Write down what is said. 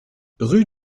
rue